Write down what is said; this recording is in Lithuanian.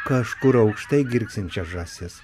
kažkur aukštai girgsinčią žąsis